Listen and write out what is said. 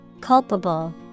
Culpable